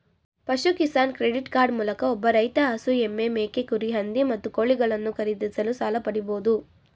ಪಶು Kisan credit card ಮೂಲಕ ಒಬ್ಬ ರೈತ ಹಸು ಎಮ್ಮೆ ಮೇಕೆ ಕುರಿ ಹಂದಿ ಮತ್ತು ಕೋಳಿಗಳನ್ನು ಖರೀದಿಸಲು ಸಾಲ ಪಡಿಬೋದು